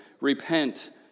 repent